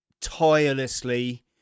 tirelessly